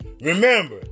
Remember